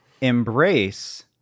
embrace